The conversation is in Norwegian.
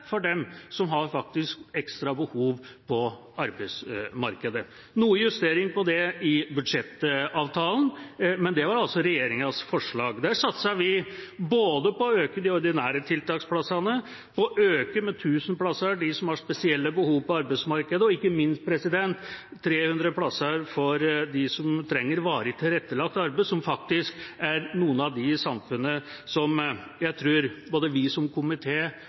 for dem som har ekstra behov på arbeidsmarkedet – det er noe justering på det i budsjettavtalen, men det var altså regjeringas forslag. Vi satset både på å øke de ordinære tiltaksplassene og på å øke med 1 000 plasser med tanke på dem som har spesielle behov på arbeidsmarkedet, ikke minst 300 plasser for dem som trenger varig tilrettelagt arbeid, som er noen av dem i samfunnet som jeg tror både vi som